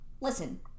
listen